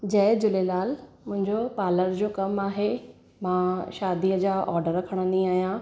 जय झूलेलाल मुंहिंजो पालर जो कमु आहे मां शादीअ जा ऑडर खणंदी आहियां